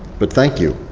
but thank you.